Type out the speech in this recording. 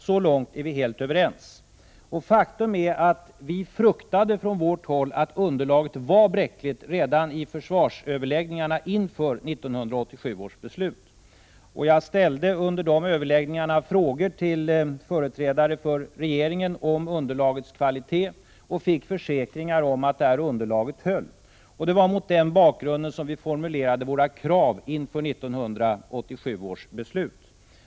Så långt är vi helt överens, och faktum är att vi från vårt håll fruktade att underlaget var bräckligt redan i försvarsöverläggningarna inför 1987 års beslut. Jag ställde under dessa överläggningar frågor till företrädare för regeringen om underlagets kvalitet och fick försäkringar om att detta underlag höll. Det var mot den bakgrunden vi formulerade våra krav inför 1987 års beslut.